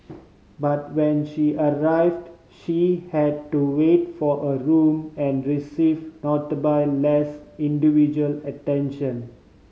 but when she arrived she had to wait for a room and receive notably less individual attention